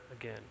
again